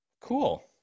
cool